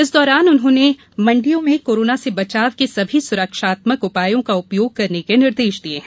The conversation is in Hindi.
इस दौरान उन्होंने मंडियों में कोरोना से बचाव के सभी सुरक्षात्मक उपायों का उपयोग करने के निर्देश दिए हैं